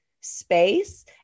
space